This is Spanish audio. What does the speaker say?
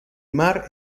mar